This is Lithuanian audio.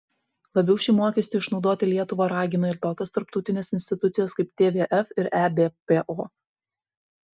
labiau šį mokestį išnaudoti lietuvą ragina ir tokios tarptautinės institucijos kaip tvf ir ebpo